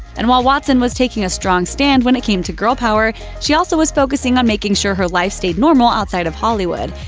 and while watson was taking a strong stand when it came to girl power, she also was focusing on making sure her life stayed normal outside of hollywood.